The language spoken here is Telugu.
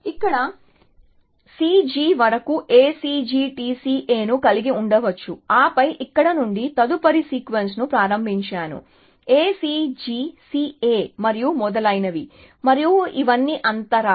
ఇక్కడ C G వరకు A C G T C A ను కలిగి ఉండవచ్చు ఆపై ఇక్కడ నుండి తదుపరి సీక్వెన్స్ ని ప్రారంభించాను A C G C A మరియు మొదలైనవి మరియు ఇవన్నీ అంతరాలు